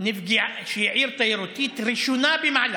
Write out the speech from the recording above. נצרת היא עיר תיירותית ראשונה במעלה,